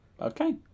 Okay